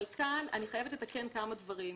אבל כאן אני חייבת לתקן כמה דברים.